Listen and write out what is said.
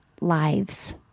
lives